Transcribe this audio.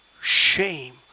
shame